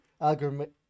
algorithm